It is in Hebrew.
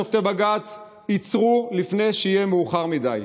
שופטי בג"ץ: עצרו לפני שיהיה מאוחר מדיי.